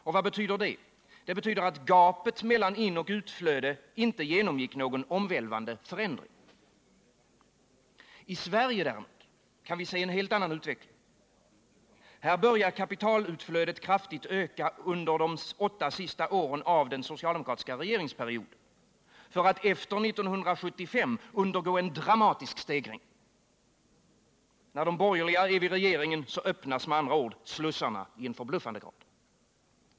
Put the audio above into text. Och vad betyder det? Det betyder att gapet mellan inoch utflöde inte genomgick någon omvälvande förändring. I Sverige däremot kan vi se en helt annan utveckling. Här börjar kapitalutflödet kraftigt öka under de åtta senaste åren av den socialdemokratiska regeringsperioden, för att efter 1975 undergå en dramatisk stegring. När de borgerliga är vid regeringen öppnas med andra ord slussarna i en förbluffande grad.